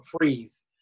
freeze